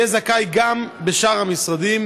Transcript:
יהיה זכאי גם בשאר המשרדים